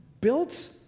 built